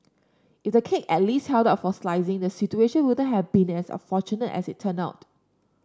if the cake at least held up for slicing the situation wouldn't have been as unfortunate as it turned out